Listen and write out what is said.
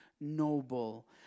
noble